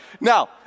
Now